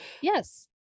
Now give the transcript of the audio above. yes